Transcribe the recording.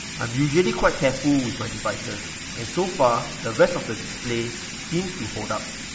i'm usually quite careful with my devices and so far the rest of the display seems to hold up.